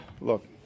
Look